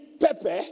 pepper